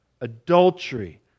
adultery